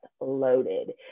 loaded